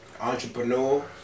entrepreneur